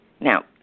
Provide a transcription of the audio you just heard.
Now